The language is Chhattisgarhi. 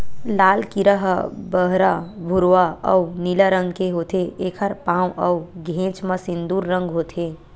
लाल कीरा ह बहरा भूरवा अउ नीला रंग के होथे, एखर पांव अउ घेंच म सिंदूर रंग होथे